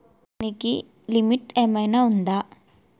దీనికి లిమిట్ ఆమైనా ఉందా?